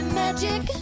magic